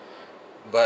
but